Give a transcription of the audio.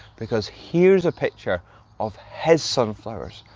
because here's a picture of his sunflowers,